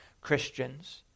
Christians